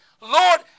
Lord